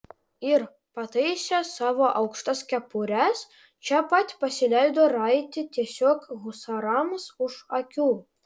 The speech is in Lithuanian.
ir pataisę savo aukštas kepures čia pat pasileido raiti tiesiog husarams už akių